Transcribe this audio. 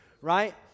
right